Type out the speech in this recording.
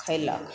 खएलक